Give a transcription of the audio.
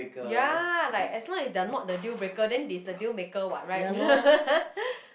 ya like as long as they are not the deal breaker then it's the deal maker what right